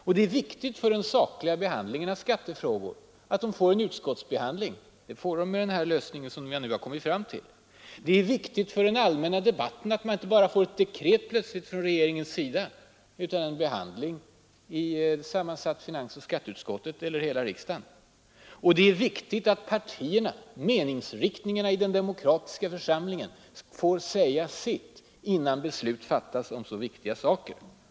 Och det är viktigt för den sakliga behandlingen av skattefrågor att de får en utskottsbehandling. Så blir det med den lösning som vi nu har kommit fram till. Det är viktigt för den allmänna debatten att man inte bara plötsligt får ett dekret från regeringen utan att det blir en behandling i sammansatt finansoch skatteutskott eller i hela riksdagen. Och det är viktigt att partierna, meningsriktningarna i den demokratiska församlingen, får säga sitt innan beslut fattas om så viktiga saker.